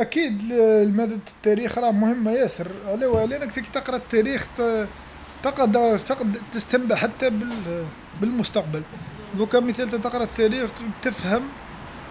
أكيد لمادة التاريخ راه مهمه ياسر على واه لأنه تقدر تقرا التاريخ تق-تقدر تستنبأ بل-بالمستقبل. ضوكا مثال نتا تقرا التاريخ و تفهم